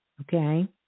okay